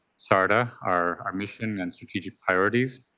sardaa, our our mission and strategic priorities,